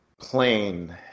plain